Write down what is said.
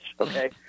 Okay